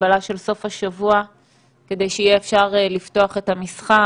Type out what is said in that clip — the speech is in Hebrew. המגבלה של סוף השבוע כדי שיהיה אפשר לפתוח את המסחר.